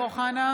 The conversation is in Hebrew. (קוראת בשמות חברי הכנסת) אלי אבידר,